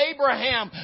Abraham